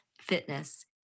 fitness